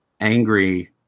angry